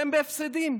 והן בהפסדים.